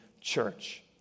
church